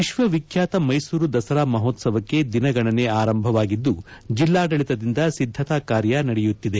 ವಿಶ್ವವಿಖ್ಯಾತ ಮೈಸೂರು ದಸರಾ ಮಹೋತ್ಸವಕ್ಕೆ ದಿನಗಣನೆ ಆರಂಭವಾಗಿದ್ದು ಜಿಲ್ಲಾಡಳಿತದಿಂದ ಸಿದ್ದತಾ ಕಾರ್ಯ ನಡೆಯುತ್ತಿದೆ